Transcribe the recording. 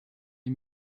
est